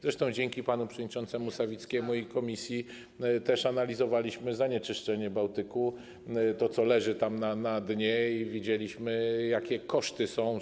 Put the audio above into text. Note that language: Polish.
Zresztą dzięki panu przewodniczącemu Sawickiemu i komisji też analizowaliśmy zanieczyszczenie Bałtyku, to, co leży tam na dnie, i widzieliśmy, o jakie koszty tu chodzi.